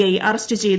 I arrest ചെയ്തു